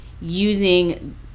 using